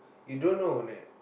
you don't know அண்ணன்:annan